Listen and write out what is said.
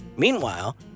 Meanwhile